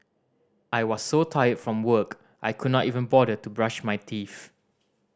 I was so tired from work I could not even bother to brush my teeth